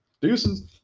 Deuces